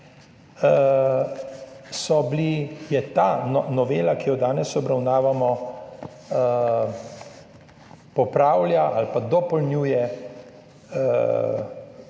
je ta novela, ki jo danes obravnavamo popravlja ali pa dopolnjuje